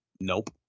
nope